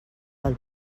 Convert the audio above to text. del